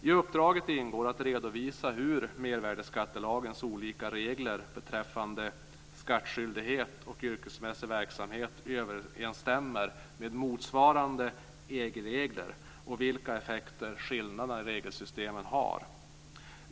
I uppdraget ingår att redovisa hur mervärdesskattelagens olika regler beträffande skattskyldighet och yrkesmässig verksamhet överensstämmer med motsvarande EG-regler och vilka effekter skillnaderna i regelsystemen har.